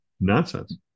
nonsense